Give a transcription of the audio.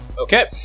Okay